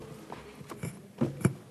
בבקשה.